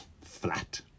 Flat